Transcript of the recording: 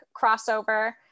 crossover